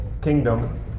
kingdom